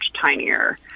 tinier